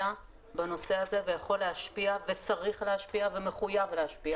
בנושא הזה ויכול להשפיע וצריך להשפיע ומחוייב להשפיע.